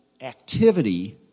activity